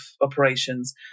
operations